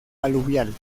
aluvial